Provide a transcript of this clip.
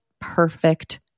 perfect